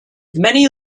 many